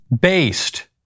based